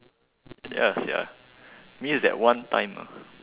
ya sia mean is that one time ah